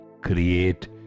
create